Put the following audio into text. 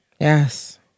Yes